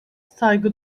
saygı